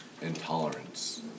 intolerance